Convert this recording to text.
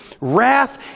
Wrath